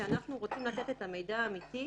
לגבי דרך ההתנהגות באירוע